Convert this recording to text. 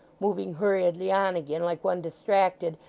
moving hurriedly on again, like one distracted,